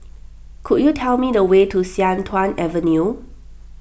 could you tell me the way to Sian Tuan Avenue